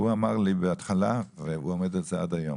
הוא אמר לי בהתחלה - והוא עומד על זה עד היום